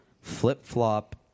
flip-flop